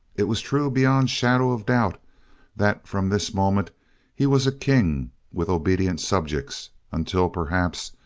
it was true beyond shadow of doubt that from this moment he was a king with obedient subjects until, perhaps,